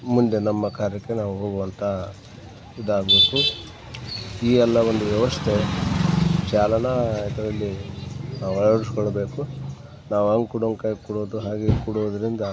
ಮುಂದೆ ನಮ್ಮ ಕಾರ್ಯಕ್ಕೆ ನಾವು ಹೋಗುವಂತ ಇದಾಗ್ಬೇಕು ಈ ಎಲ್ಲ ಒಂದು ವ್ಯವಸ್ಥೆ ಚಾಲನಾ ಇದರಲ್ಲಿ ನಾವು ಅಳವಡಿಸ್ಕೊಳ್ಬೇಕು ನಾವು ಅಂಕುಡೊಂಕಾಗಿ ಕೂರೋದು ಹಾಗೇ ಕೂರೋದರಿಂದ